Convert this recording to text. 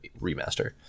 remaster